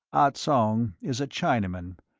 ah tsong is a chinaman,